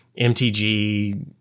MTG